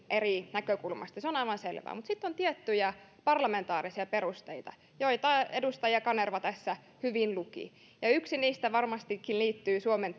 eri näkökulmasta se on aivan selvää mutta sitten on tiettyjä parlamentaarisia perusteita joita edustaja kanerva tässä hyvin luki ja ja yksi niistä varmastikin liittyy suomen